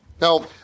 now